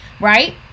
right